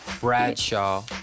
Bradshaw